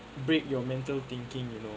break your mental thinking you know